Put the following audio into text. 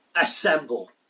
Assemble